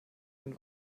den